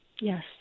Yes